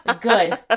Good